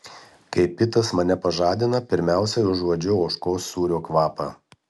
kai pitas mane pažadina pirmiausia užuodžiu ožkos sūrio kvapą